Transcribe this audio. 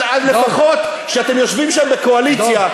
אז לפחות כשאתם יושבים שם בקואליציה,